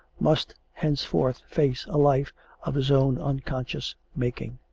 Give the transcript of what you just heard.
must henceforth face a life of his own unconscious making.